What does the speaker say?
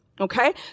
Okay